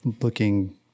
looking